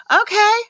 okay